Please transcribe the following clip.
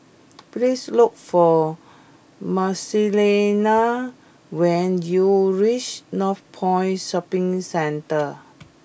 please look for Marcelina when you reach Northpoint Shopping Centre